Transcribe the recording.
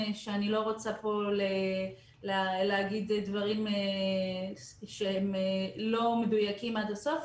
שאני לא רוצה פה להגיד דברים שהם לא מדויקים עד הסוף.